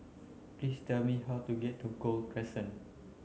please tell me how to get to Gul Crescent